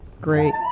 Great